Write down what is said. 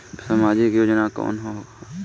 सामाजिक योजना कवन कवन ह?